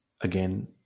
again